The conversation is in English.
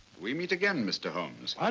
we meet again, mr. holmes!